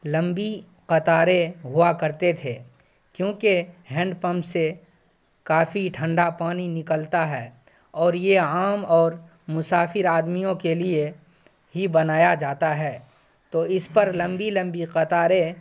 لمبی قطاریں ہوا کرتے تھے کیونکہ ہینڈ پمپ سے کافی ٹھنڈا پانی ںکلتا ہے اور یہ عام اور مسافر آدمیوں کے لیے ہی بنایا جاتا ہے تو اس پر لمبی لمبی قطاریں